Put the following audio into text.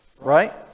right